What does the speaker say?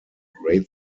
grade